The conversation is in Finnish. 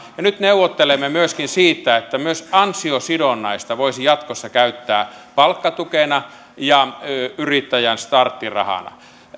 ja nyt neuvottelemme myöskin siitä että myös ansiosidonnaista voisi jatkossa käyttää palkkatukena ja yrittäjän starttirahana